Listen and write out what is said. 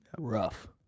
Rough